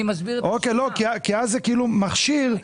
כי אז זה כאילו מכשיר.